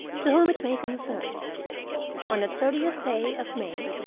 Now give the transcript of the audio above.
to whom it may concern on the thirtieth day of may,